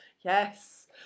Yes